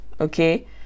Okay